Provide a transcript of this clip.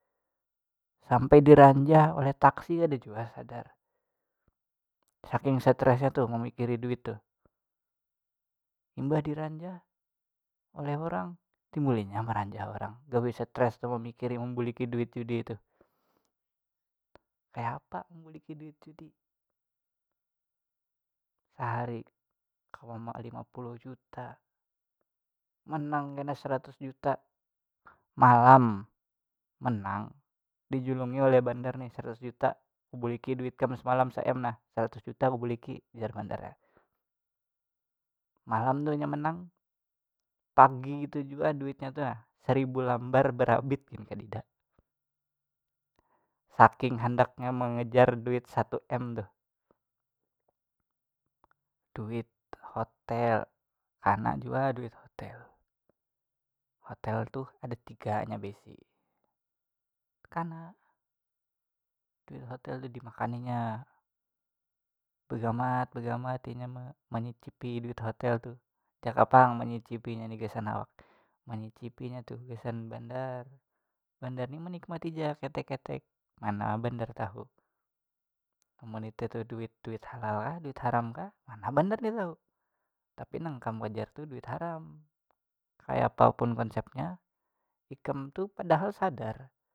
Sampai diranjah oleh taksi kada jua sadar, saking sastresnya tu mamikiri duit tuh, imbah diranjak oleh orang, timbul inya maranjah orang gawi stres tu memikiri membuliki duit judi tu, kayapa membuliki duit judi sehari kawa malima puluh juta menang kena seratus juta malam menang dijulungi oleh bandar ni saratus juta ku buliki duit kam samalam se m nah seratus juta ku buliki jar bandarnya malam tuh inya menang pagi tu jua duitnya tu nah saribu lambar berabit gin kadida, saking handaknya mengejar duit satu m tuh, duit hotel kana jua duit hotel, hotel tuh ada tiga inya beisi kana, duit hotel tu dimakaninya begamat gamat inya ma- menyicipi duit hotel tu jaka pang menyicipinya ni gasan awak menyicipinya tu gasan bandar bandar ni manikmati ja ketek ketek mana bandar tahu amun itu tu duit duit halal kah duit haram kah mana bandar ni tahu tapi nang kam kajar tu duit haram kayapa pun konsepnya ikam tu padahal sadar.